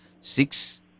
six